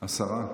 השרה.